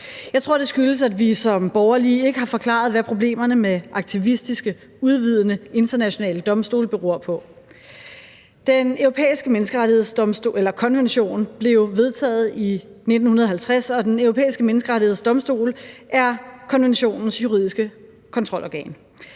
Jeg tror, det skyldes, at vi som borgerlige ikke har forklaret, hvad problemerne med aktivistiske, udvidende internationale domstole beror på. Den Europæiske Menneskerettighedskonvention blev vedtaget i 1950, og Den Europæiske Menneskerettighedsdomstol er konventionens juridiske kontrolorgan.